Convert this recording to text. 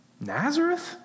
Nazareth